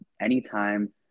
anytime